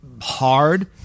hard